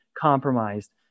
Compromised